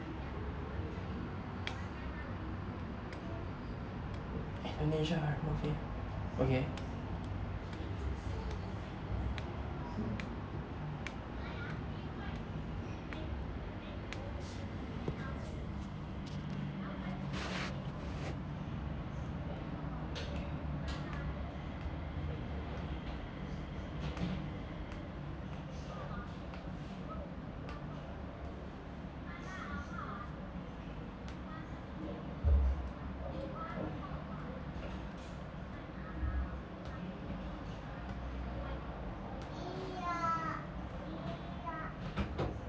indonesia horror movie okay